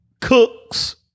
cooks